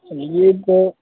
यह तो